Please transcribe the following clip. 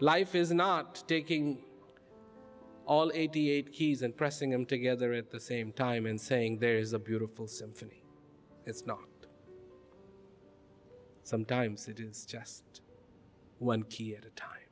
life is not taking all eighty eight keys and pressing them together at the same time and saying there is a beautiful symphony it's not sometimes it is just one